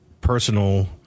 personal